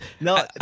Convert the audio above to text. No